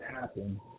happen